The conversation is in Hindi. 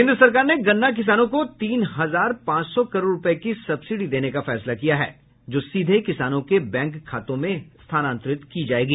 केन्द्र सरकार ने गन्ना किसानों को तीन हजार पांच सौ करोड़ रुपए की सब्सिडी देने का फैसला किया है जो सीधे किसानों के बैंक खातों में स्थानांतरित की जाएगी